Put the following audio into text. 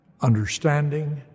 understanding